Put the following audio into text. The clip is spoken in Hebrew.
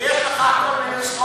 ויש לך כל מיני,